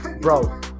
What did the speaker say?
Bro